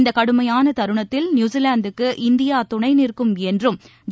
இந்த கடுமையான தருணத்தில் நியூசிலாந்துக்கு இந்தியா துணை நிற்கும் என்றும் கூறியுள்ளார்